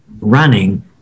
running